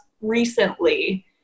recently